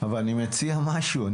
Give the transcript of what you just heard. אני מציע משהו,